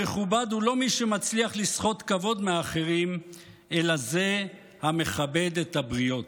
המכובד הוא לא מי שמצליח לסחוט כבוד מאחרים אלא זה המכבד את הבריות.